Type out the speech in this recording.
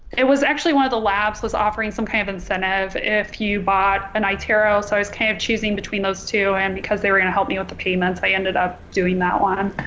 it was actually one of the labs was offering some kind of incentive if you bought an itero so i was kind of choosing between those two and because they were gonna help me with the payments i ended up doing that one.